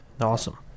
Awesome